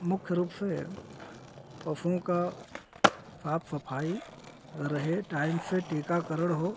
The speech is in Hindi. मुख्य रूप से पशुओं की साफ़ सफ़ाई रहे टाइम से टीकाकरण हो